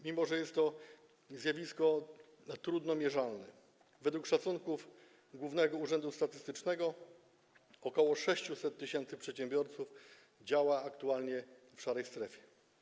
Mimo że jest to zjawisko trudno mierzalne, według szacunków Głównego Urzędu Statystycznego około 600 tys. przedsiębiorców działa aktualnie w szarej strefie.